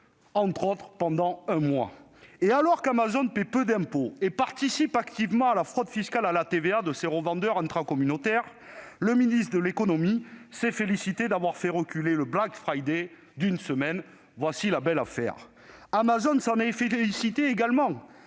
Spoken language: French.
entre autres secteurs. Et alors qu'Amazon paie peu d'impôts et participe activement à la fraude fiscale à la TVA de ses revendeurs intracommunautaires, le ministre de l'économie s'est félicité d'avoir fait reculer le Black Friday d'une semaine- la belle affaire ! Amazon s'en est félicité pour en